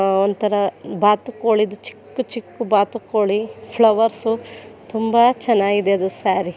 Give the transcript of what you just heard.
ಒಂಥರ ಬಾತುಕೋಳಿದು ಚಿಕ್ಕ ಚಿಕ್ಕ ಬಾತುಕೋಳಿ ಫ್ಲವರ್ಸು ತುಂಬ ಚೆನ್ನಾಗಿದೆ ಅದು ಸ್ಯಾರಿ